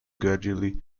gradually